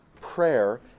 prayer